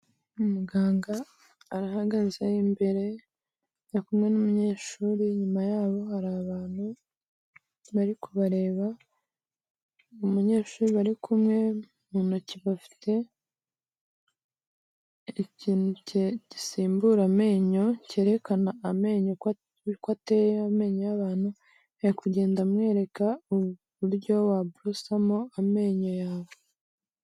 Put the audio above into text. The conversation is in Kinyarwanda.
Umuganga arahagaze imbere ari kumwe n'umunyeshuri, inyuma yabo hari abantu bari kubareba, umunyeshuri bari kumwe mu ntoki bafite ikintu gisimbura amenyo cyerekana amenyo uko ateye amenyo y'abantu, ari kugenda amwereka uburyo waborosamo amenyo yawe.